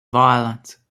violence